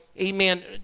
amen